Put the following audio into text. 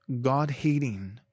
God-hating